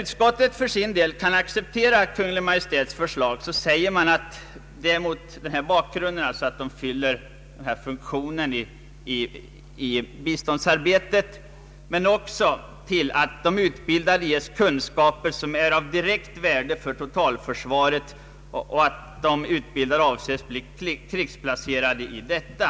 Utskottet kan acceptera Kungl. Maj:ts förslag, mot bakgrunden av att det fyller denna funktion i biståndsarbetet men också ”med hänsyn till att de utbildade ges kunskaper som är av direkt värde för totalförsvaret och avses bli krigsplacerade i detta”.